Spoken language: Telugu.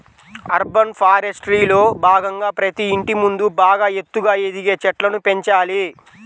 అర్బన్ ఫారెస్ట్రీలో భాగంగా ప్రతి ఇంటి ముందు బాగా ఎత్తుగా ఎదిగే చెట్లను పెంచాలి